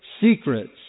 secrets